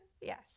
Yes